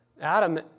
Adam